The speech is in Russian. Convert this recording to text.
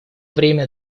время